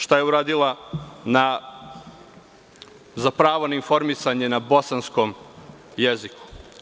Šta je uradila za pravo na informisanje na bosanskom jeziku?